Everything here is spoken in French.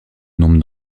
nombre